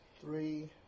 three